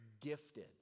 gifted